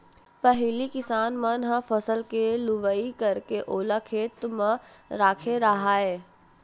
पहिली किसान मन ह फसल के लुवई करके ओला खेते म राखे राहय